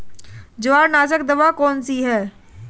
जवारनाशक दवा कौन सी है?